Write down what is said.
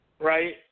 right